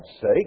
sake